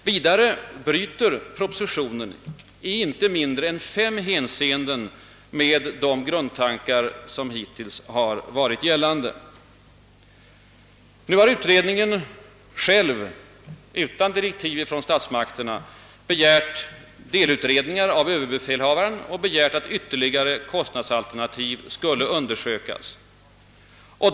Vidare bryter propositionen i inte mindre än fem hänseenden med de grundtankar som hittills har gällt. Nu har utredningen själv, utan direktiv från statsmakterna, begärt en del utredningar av ÖB och begärt att ytterligare kostnadsalternativ skall undersökas.